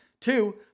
Two